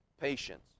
Patience